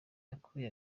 yakuye